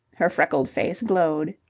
her freckled face glowed.